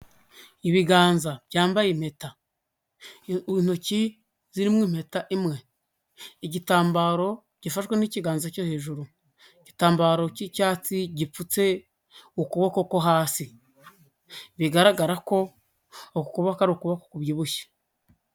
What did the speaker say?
Ibiganza byambaye impeta, intoki zirimo impeta imwe, igitambaro gifashwe n'ikiganza cyo hejuru, igitambaro cy'icyatsi gipfutse ukuboko ko hasi, bigaragara ko uku kuboko ari ukuboko kubyibushye.